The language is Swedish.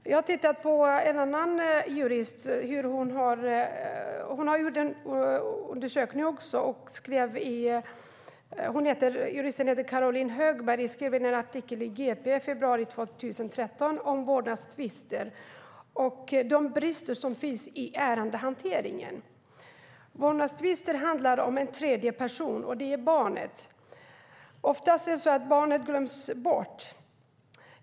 Juristen Caroline Högberg har gjort en undersökning och skrev i en artikel i GP februari 2013 om vårdnadstvister och de brister som finns i ärendehanteringen: Vårdnadstvister handlar om en tredje person, och det är barnet. Ofta glöms barnet bort.